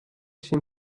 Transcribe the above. seemed